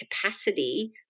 capacity